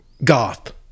goth